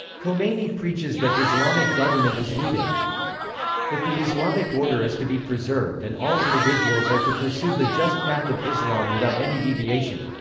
khomeini preaches that islamic government is needed if the islamic order is to be preserved and all individuals are to pursue the just path of islam without any deviation,